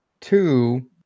two